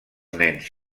nens